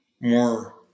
more